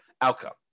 outcome